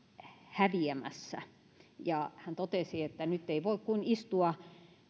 häviämässä hän totesi että nyt ei voi kuin istua